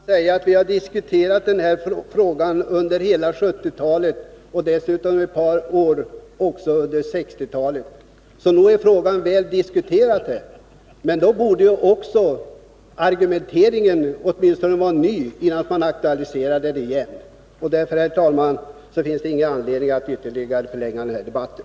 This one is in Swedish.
Herr talman! Jag vill helt kort säga att vi har debatterat den här frågan under hela 1970-talet och dessutom ett par år på 1960-talet, så nog är den väl diskuterad. Då borde åtminstone argumenteringen vara ny, innan man aktualiserar frågan igen. Därför finns det ingen anledning att ytterligare förlänga den här debatten.